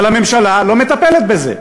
אבל הממשלה לא מטפלת בזה.